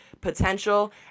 potential